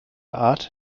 art